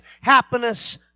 happiness